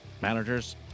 managers